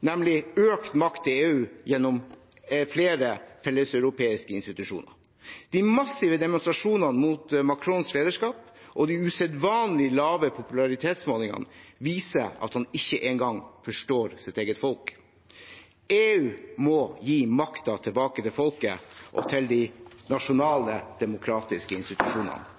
nemlig økt makt til EU gjennom flere felleseuropeiske institusjoner. De massive demonstrasjonene mot Macrons lederskap og de usedvanlig lave popularitetsmålingene viser at han ikke engang forstår sitt eget folk. EU må gi makten tilbake til folket og de nasjonale demokratiske institusjonene,